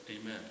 Amen